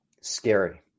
scary